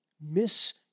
miss